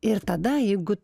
ir tada jeigu